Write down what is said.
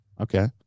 Okay